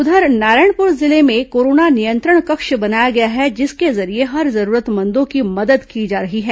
उधर नारायणपुर जिले में कोरोना नियंत्रण कक्ष बनाया गया है जिसके जरिए हर जरूरतमंदों की मदद की जा रही है